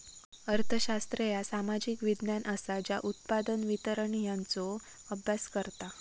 अर्थशास्त्र ह्या सामाजिक विज्ञान असा ज्या उत्पादन, वितरण यांचो अभ्यास करता